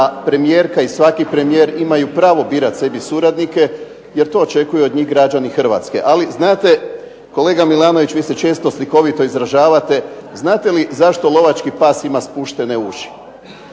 da premijerka i svaki premijer imaju pravo sebi birati suradnike jer to očekuju od njih građani Hrvatske. Ali znate, kolega MIlanović vi se često slikovito izražavate. Znate li zašto lovački pas ima spuštene uši?